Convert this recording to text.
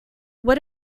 what